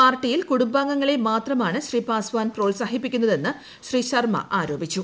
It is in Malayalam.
പാർട്ടിയിൽ കുടുംബാംഗങ്ങളെ മാത്രമാണ് ശ്രീ പാസ്വാൻ പ്രോത്സാഹിപ്പിക്കുന്നതെന്ന് ശ്രീ ശർമ്മ ആരോപിച്ചു